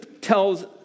tells